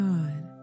God